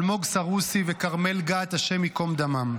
אלמוג סרוסי וכרמל גת, השם ייקום דמם.